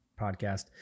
podcast